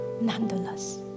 nonetheless